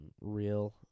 real